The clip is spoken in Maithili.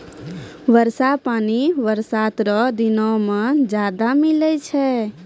वर्षा पानी बरसात रो दिनो मे ज्यादा मिलै छै